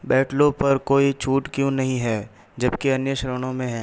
बैटलों पर कोई छूट क्यों नहीं है जबकि अन्य श्रेणाें में है